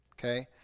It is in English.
Okay